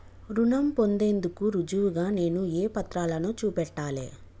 రుణం పొందేందుకు రుజువుగా నేను ఏ పత్రాలను చూపెట్టాలె?